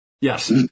Yes